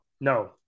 No